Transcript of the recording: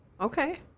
Okay